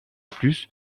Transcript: plus